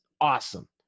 awesome